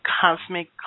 cosmic